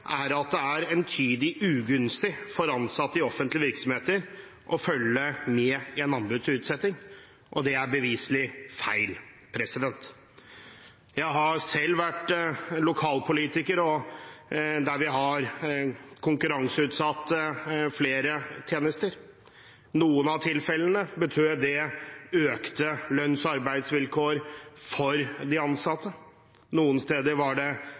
er at det er entydig ugunstig for ansatte i offentlige virksomheter å følge med i en anbudsutsetting. Det er beviselig feil. Jeg har selv vært lokalpolitiker i tilfeller der vi har konkurranseutsatt flere tjenester. I noen av tilfellene betød det bedre lønns- og arbeidsvilkår for de ansatte, noen steder var det